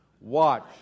Watch